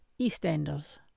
EastEnders